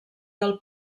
del